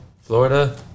Florida